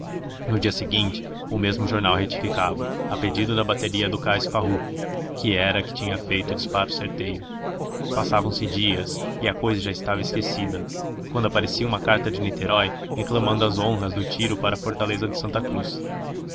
no dia seguinte o mesmo jornal retificava a pedido da bateria do cais pharoux que era a que tinha feito o disparo certeiro passavam-se dias e a cousa já estava esquecida quando aparecia uma carta de niterói reclamando as honras do tiro para a fortaleza de santa cruz